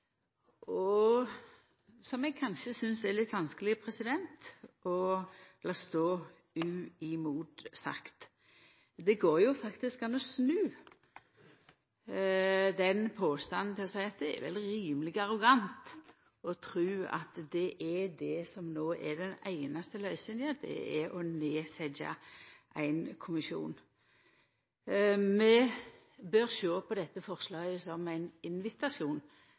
og som eg synest er litt vanskeleg å late stå uimotsagt. Det går faktisk an å snu den påstanden ved å seia at det er rimelig arrogant å tru at det er dette som no er den einaste løysinga, å setja ned ein kommisjon. Vi bør sjå på dette forslaget som ein invitasjon,